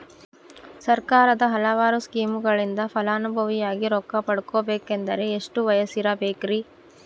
ಸರ್ಕಾರದ ಹಲವಾರು ಸ್ಕೇಮುಗಳಿಂದ ಫಲಾನುಭವಿಯಾಗಿ ರೊಕ್ಕ ಪಡಕೊಬೇಕಂದರೆ ಎಷ್ಟು ವಯಸ್ಸಿರಬೇಕ್ರಿ?